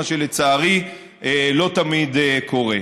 מה שלצערי לא תמיד קורה.